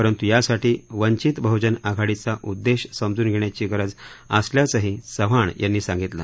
परंतू यासाठी वंचित बहुजन आघाडीचा उद्देश समजून घेण्याची गरज असल्याचंही चव्हाण यांनी सांगितलं